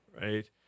Right